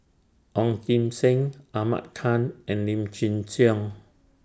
Ong Kim Seng Ahmad Khan and Lim Chin Siong